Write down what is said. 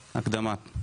ולהקדמה.